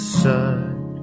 side